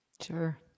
Sure